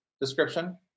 description